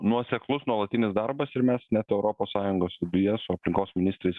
nuoseklus nuolatinis darbas ir mes net europos sąjungos viduje su aplinkos ministrais